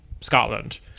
Scotland